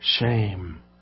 Shame